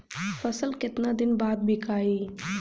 फसल केतना दिन बाद विकाई?